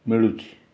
ମିଳୁଛି